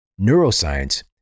Neuroscience